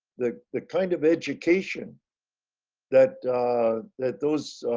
the the kind of education that that those